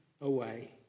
away